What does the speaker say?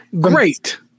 great